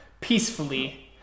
peacefully